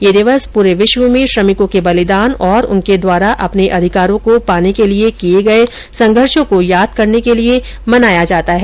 यह दिवस प्ररे विश्व में श्रमिकों के बलिदान और उनके द्वारा अपने अधिकारों को पाने के लिए किए गए संघर्षों को याद करने के लिए मनाया जाता है